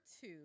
two